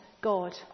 God